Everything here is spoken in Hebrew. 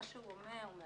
יש